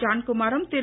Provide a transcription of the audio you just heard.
ஜான்குமாரும் திரு